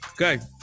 Okay